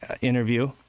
interview